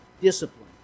discipline